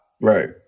Right